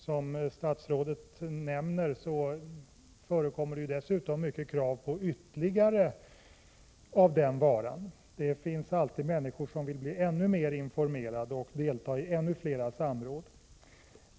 Som statsrådet nämner förekommer det dessutom krav på mer av den varan. Det finns alltid människor som vill bli ännu mer informerade och delta i ännu fler samråd.